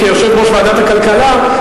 כיושב-ראש ועדת הכלכלה,